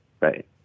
right